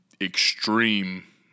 extreme